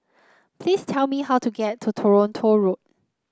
please tell me how to get to Toronto Road